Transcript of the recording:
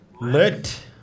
lit